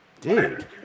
Dude